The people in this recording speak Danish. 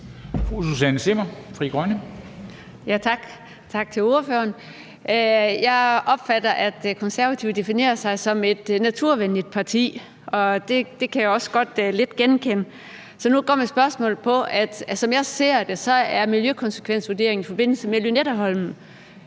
Susanne Zimmer (FG) : Tak, og tak til ordføreren. Jeg opfatter, at Konservative definerer sig som et naturvenligt parti, og det kan jeg også godt lidt genkende. Som jeg ser det, er miljøkonsekvensvurderingen i forbindelse med Lynetteholmen